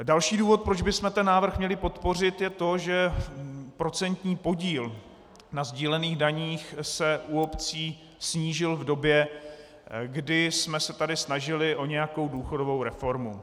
Další důvod, proč bychom ten návrh měli podpořit, je to, že procentní podíl na sdílených daních se u obcí snížil v době, kdy jsme se tady snažili o nějakou důchodovou reformu.